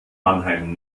mannheim